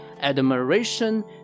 admiration